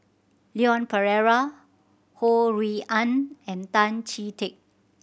Leon Perera Ho Rui An and Tan Chee Teck